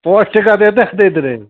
पाँच टका तऽ एतऽ दैत रहै